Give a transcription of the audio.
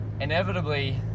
inevitably